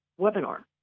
webinar